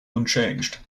unchanged